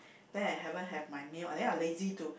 then I haven't have my meal then I lazy to